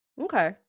Okay